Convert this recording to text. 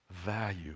value